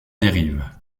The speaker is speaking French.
dérives